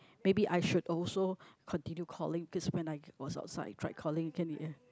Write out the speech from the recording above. maybe I should also continue calling cause when I was outside tried calling can't hear